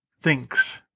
thinks